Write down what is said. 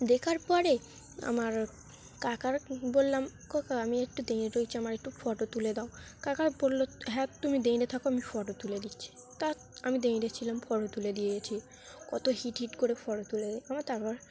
দেখার পরে আমার কাকার বললাম ও কাকা আমি একটু দাঁড়িয়ে রয়েছি আমার একটু ফটো তুলে দাও কাকা বলল হ্যাঁ তুমি দাঁড়িয়ে থাকো আমি ফটো তুলে দিচ্ছি তা আমি দাঁড়িয়ে ছিলাম ফটো তুলে দিয়েছে কত হিট হিট করে ফটো তুলে দিয়েছে আমার তারপর